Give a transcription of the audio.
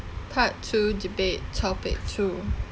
part two debate topic two